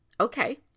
Okay